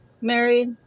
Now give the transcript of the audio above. married